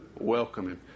welcoming